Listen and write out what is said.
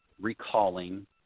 recalling